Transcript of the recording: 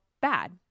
bad